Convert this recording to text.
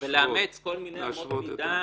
ולאמץ כל מיני אמות מידה